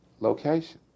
location